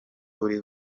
uri